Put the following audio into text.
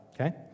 okay